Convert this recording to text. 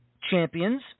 Champions